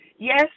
Yes